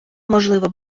можливо